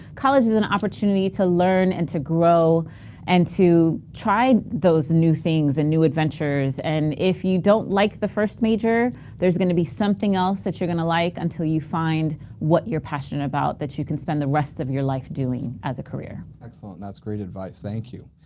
college is an opportunity to learn and to grow and to try those new things and new adventures. and if you don't like the first major there's gonna be something else that you're gonna like until you find what you're passionate about that you can spend the rest of your life doing as a career. excellent, that's great advice, thank you.